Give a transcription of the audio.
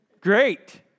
Great